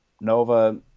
Nova